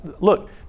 look